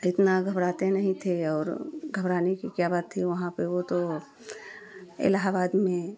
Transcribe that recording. इतना घबराते नहीं थे और घबराने की क्या बात थी वहाँ पर वह तो इलाहाबाद में